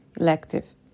Elective